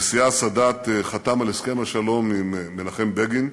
נשיאה סאדאת חתם על הסכם השלום עם מנחם בגין,